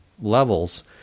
levels